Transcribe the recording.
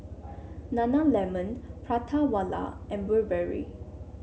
Nana Lemon Prata Wala and Burberry